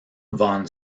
von